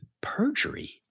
perjury